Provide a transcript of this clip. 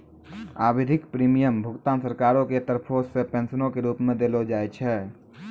आवधिक प्रीमियम भुगतान सरकारो के तरफो से पेंशनो के रुप मे देलो जाय छै